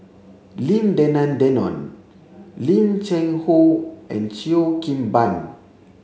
Lim Denan Denon Lim Cheng Hoe and Cheo Kim Ban